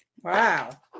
Wow